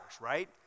right